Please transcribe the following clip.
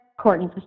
Courtney